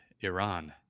iran